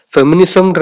Feminism